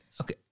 Okay